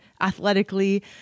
athletically